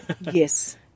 Yes